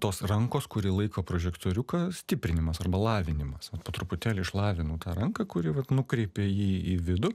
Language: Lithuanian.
tos rankos kuri laiko prožektoriuką stiprinimas arba lavinimas va po truputėlį išlavinu ranką kuri vat nukreipia jį į vidų